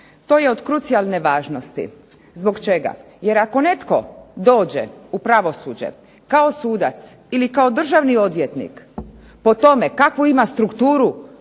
To je od krucijalne važnosti. Zbog čega? Jer ako netko dođe u pravosuđe kao sudac ili kao državni odvjetnik, po tome kakvu ima strukturu